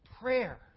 prayer